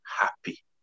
happy